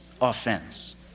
offense